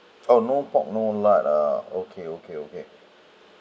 oh no pork no lard ah okay okay okay